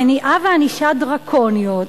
מניעה וענישה דרקוניות.